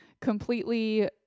completely